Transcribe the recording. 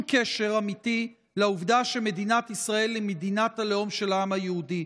קשר אמיתי לעובדה שמדינת ישראל היא מדינת הלאום של העם היהודי?